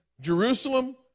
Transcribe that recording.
Jerusalem